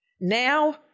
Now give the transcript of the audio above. now